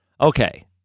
Okay